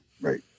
Right